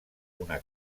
una